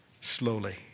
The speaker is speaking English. slowly